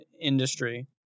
industry